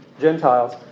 Gentiles